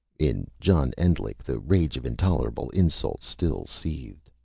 in john endlich the rage of intolerable insults still seethed.